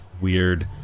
weird